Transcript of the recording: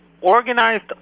organized